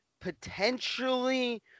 potentially